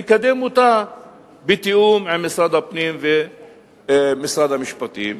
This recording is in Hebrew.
לקדם אותה בתיאום עם משרד הפנים ומשרד המשפטים,